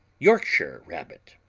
yorkshire rabbit